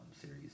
series